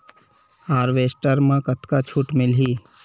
Harvester म कतका छूट मिलही?